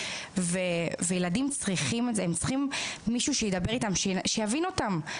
ילדים צריכים מישהו שידבר איתם, שיבין אותם.